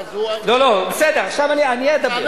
בסדר, עכשיו אני אדבר.